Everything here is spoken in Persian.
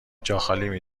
جاخالی